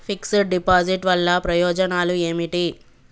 Fix డ్ deposit వల్ల ప్రయోజనాలు ఏమిటి?